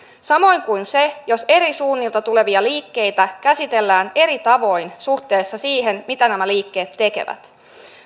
samoin kuin se jos eri suunnilta tulevia liikkeitä käsitellään eri tavoin suhteessa siihen mitä nämä liikkeet tekevät